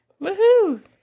Woohoo